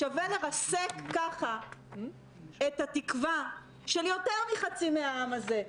שווה לרסק ככה את התקווה של יותר מחצי מהעם הזה,